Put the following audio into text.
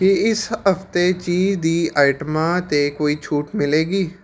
ਕੀ ਇਸ ਹਫ਼ਤੇ ਚੀਜ਼ ਦੀ ਆਈਟਮਾਂ 'ਤੇ ਕੋਈ ਛੋਟ ਮਿਲੇਗੀ